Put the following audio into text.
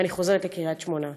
ואני חוזרת לקריית שמונה.